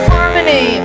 Harmony